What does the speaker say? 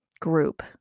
group